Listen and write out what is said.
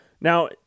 Now